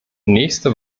nächste